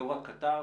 ולא רק קטר,